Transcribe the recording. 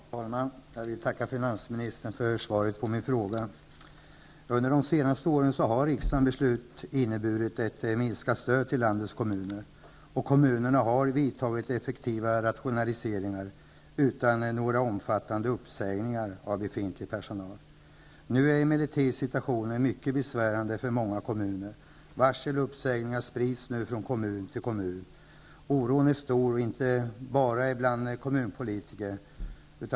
Herr talman! Jag tackar finansminsitern för svaret på min fråga. Under de senaste åren har riksdagens beslut inneburit ett minskat stöd till landets kommuner. Kommunerna har vidtagit effektiva rationaliseringar utan några omfattande uppsägningar av befintlig personal. Nu är emellertid situationen mycket besvärande för många kommuner. Varsel och uppsägningar sprids nu från kommun till kommun. Oron är stor inte bara bland kommunpolitiker.